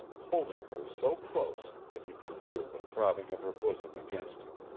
holding her so close that he could feel the throbbing of her bosom against him.